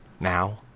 Now